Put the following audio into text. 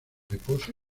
reposo